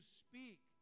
speak